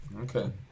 Okay